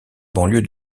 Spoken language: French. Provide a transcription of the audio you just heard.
banlieue